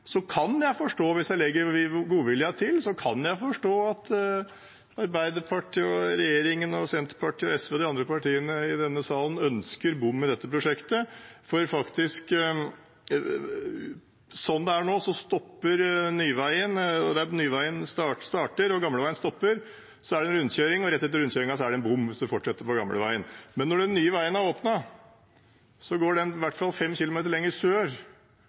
kan jeg, hvis jeg legger godviljen til, forstå at Arbeiderpartiet, regjeringen, Senterpartiet, SV og de andre partiene i denne salen ønsker bom i dette prosjektet. For sånn det er nå, er det en rundkjøring der nyveien starter og gamleveien stopper, og rett etter rundkjøringen er det en bom hvis en fortsetter på gamleveien. Men når den nye veien er åpnet, går den i hvert fall 5 km lenger sør,